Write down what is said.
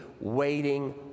waiting